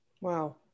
wow